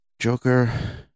Joker